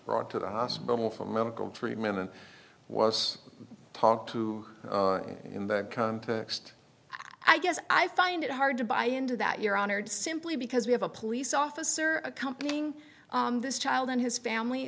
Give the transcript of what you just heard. brought to the hospital for medical treatment and was talked to in the context i guess i find it hard to buy into that you're honored simply because we have a police officer accompanying this child and his family